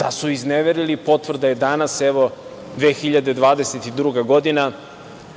Da su izneverili potvrda je danas, evo 2022. godina,